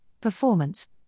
performance